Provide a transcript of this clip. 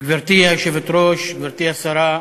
גברתי היושבת-ראש, גברתי השרה,